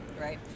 right